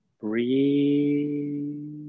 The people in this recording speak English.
Breathe